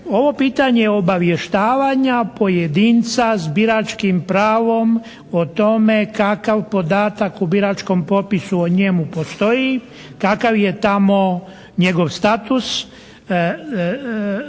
ovo pitanje obavještavanja pojedinca s biračkim pravom o tome kakav podatak u biračkom popisu o njemu postoji, kakav je tamo njegov status tu